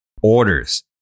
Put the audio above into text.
orders